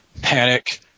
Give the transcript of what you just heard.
panic